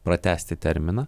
pratęsti terminą